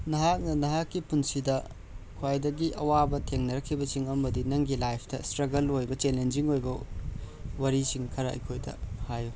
ꯅꯍꯥꯛꯅ ꯅꯍꯥꯛꯀꯤ ꯄꯨꯟꯁꯤꯗ ꯈ꯭ꯋꯥꯏꯗꯒꯤ ꯑꯋꯥꯕ ꯊꯦꯡꯅꯔꯛꯈꯤꯕꯁꯤꯡ ꯑꯃꯗꯤ ꯅꯪꯒꯤ ꯂꯥꯏꯐꯇ ꯁ꯭ꯇ꯭ꯔꯛꯒꯜ ꯑꯣꯏꯕ ꯆꯦꯜꯂꯦꯟꯖꯤꯡ ꯑꯣꯏꯕ ꯋꯥꯔꯤꯁꯤꯡ ꯈꯔ ꯑꯩꯈꯣꯏꯗ ꯍꯥꯏꯌꯨ